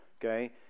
Okay